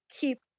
keep